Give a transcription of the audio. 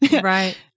Right